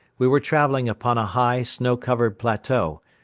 we were traveling upon a high, snow-covered plateau,